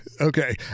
okay